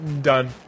Done